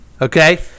Okay